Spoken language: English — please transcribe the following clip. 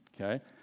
okay